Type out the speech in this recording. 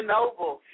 Noble